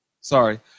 Sorry